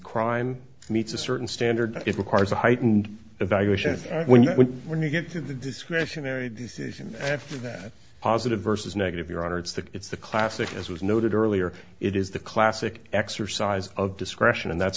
crime meets a certain standard it requires a heightened evaluation when you when you get to the discretionary decision after that positive versus negative your honor it's the it's the classic as was noted earlier it is the classic exercise of discretion and that's